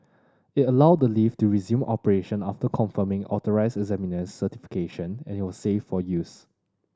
it allowed the lift to resume operation after confirming authorised examiner's certification it was safe for use